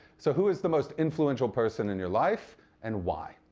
so who is the most influential person in your life and why?